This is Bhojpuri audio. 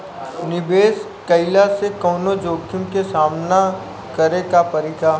निवेश कईला से कौनो जोखिम के सामना करे क परि का?